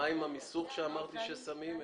מה עם המיסוך שאמרת לי ששמים?